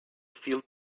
feel